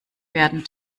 werden